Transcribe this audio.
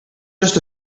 just